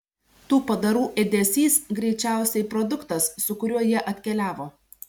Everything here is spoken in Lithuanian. tų padarų ėdesys greičiausiai produktas su kuriuo jie atkeliavo